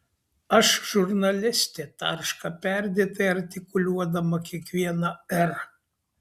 aš žurnalistė tarška perdėtai artikuliuodama kiekvieną r